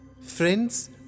Friends